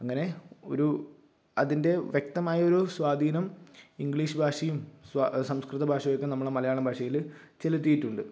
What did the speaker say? അങ്ങനെ ഒരു അതിന്റെ വ്യക്തമായ ഒരു സ്വാധീനം ഇംഗ്ലീഷ് ഭാഷയും സ്വ സംസ്കൃത ഭാഷയും ഒക്കെ നമ്മുടെ മലയാള ഭാഷയിൽ ചെലുത്തിയിട്ടുണ്ട്